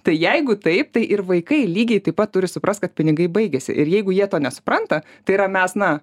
tai jeigu taip tai ir vaikai lygiai taip pat turi suprast kad pinigai baigiasi ir jeigu jie to nesupranta tai yra mes na